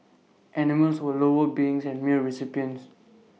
animals were lower beings and mere recipients